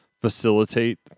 facilitate